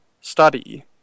study